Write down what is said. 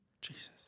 Jesus